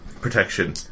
protection